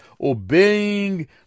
obeying